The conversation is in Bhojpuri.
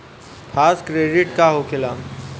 फास्ट क्रेडिट का होखेला?